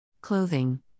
clothing